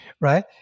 Right